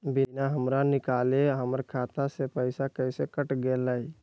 बिना हमरा निकालले, हमर खाता से पैसा कैसे कट गेलई?